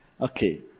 okay